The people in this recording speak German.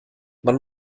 man